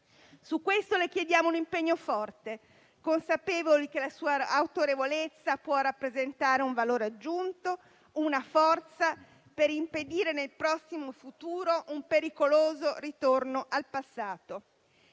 Su questo le chiediamo un impegno forte, consapevoli che la sua autorevolezza può rappresentare un valore aggiunto, una forza per impedire nel prossimo futuro un pericoloso ritorno al passato.